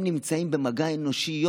שהם נמצאים במגע אנושי יום-יומי,